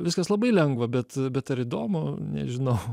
viskas labai lengva bet bet ar įdomu nežinau